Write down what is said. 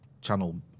channel